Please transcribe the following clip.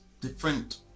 different